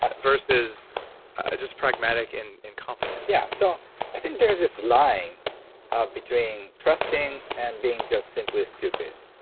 versus just pragmatic and and confident? yeah. so i think there's this line between trusting and being just simply stupid.